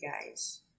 guys